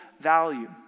value